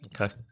okay